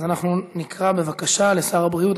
אז אנחנו נקרא בבקשה לשר הבריאות,